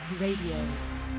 Radio